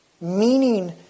Meaning